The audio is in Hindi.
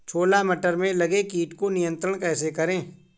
छोला मटर में लगे कीट को नियंत्रण कैसे करें?